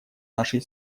нашей